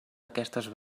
aquestes